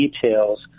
details